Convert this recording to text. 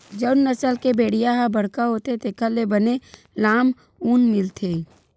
जउन नसल के भेड़िया ह बड़का होथे तेखर ले बने लाम ऊन मिलथे